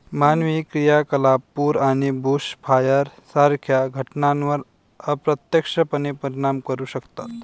मानवी क्रियाकलाप पूर आणि बुशफायर सारख्या घटनांवर अप्रत्यक्षपणे परिणाम करू शकतात